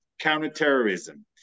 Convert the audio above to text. counterterrorism